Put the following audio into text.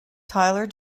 tyler